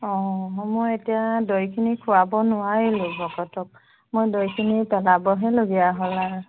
অঁ মই এতিয়া দৈখিনি খোৱাব নোৱাৰিলোঁ ভকতক মই দৈখিনি পেলাবহেলগীয়া হ'ল আৰু